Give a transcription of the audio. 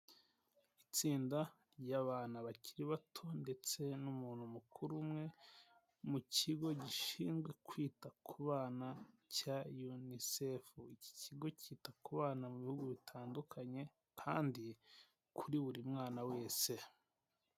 Itsinda ry'abana bakiri bato ndetse n'umuntu mukuru umwe, mu kigo gishinzwe kwita ku bana cya Unicef. Iki kigo cyita ku bana mu bihugu bitandukanye kandi kuri buri mwana wese.